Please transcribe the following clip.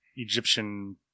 egyptian